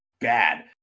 bad